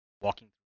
walking